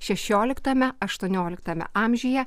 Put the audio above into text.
šešioliktame aštuonioliktame amžiuje